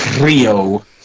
Rio